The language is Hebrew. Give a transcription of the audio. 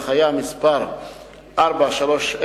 בהנחיה מס' 4.3021,